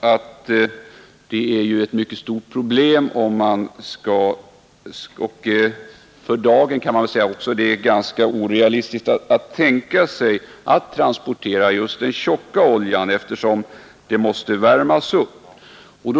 att det är ett mycket stort problem och att det för dagen är ganska orealistiskt att tänka sig att transportera just den tjocka oljan i rör, eftersom denna olja måste värmas upp.